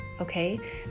Okay